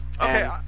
Okay